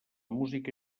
música